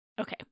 Okay